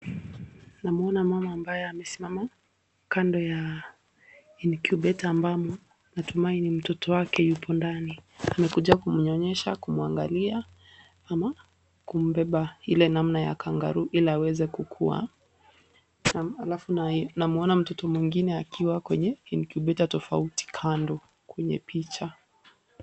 Namuona mama ambaye amesimama kando ya incubator ambamo natumai ni mtoto wake yumo ndani, amekuja kumunyonyesha, kumuangalia ama kubeba ile namna ya kangaroo ili aweze kukua, alafu namuona mtoto mwingine akiwa kwenye incubator tofauti kando kwenye picha.